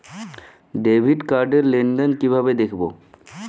Debit card র লেনদেন কিভাবে দেখবো?